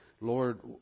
Lord